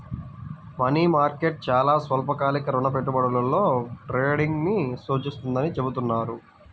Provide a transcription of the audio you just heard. money market చాలా స్వల్పకాలిక రుణ పెట్టుబడులలో ట్రేడింగ్ను సూచిస్తుందని చెబుతున్నారు